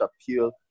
appeal